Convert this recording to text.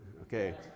Okay